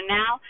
now